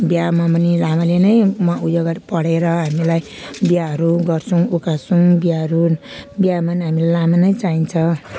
बिहामा पनि लामाले नै म ऊ यो गर पढेर हामीलाई बिहाहरू गर्छौँ उकास्छौँ बिहाहरू बिहामा नि हामीलाई लामा नै चाहिन्छ